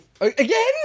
Again